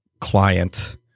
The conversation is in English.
client